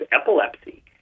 epilepsy